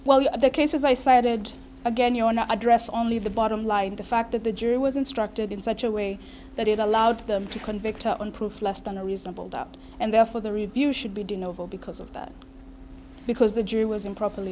well the cases i cited again you want to address only the bottom line the fact that the jury was instructed in such a way that it allowed them to convict on proof less than a reasonable doubt and therefore the review should be doing over because of that because the jury was improperly